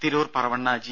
Tirur Paravanna G